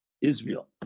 Israel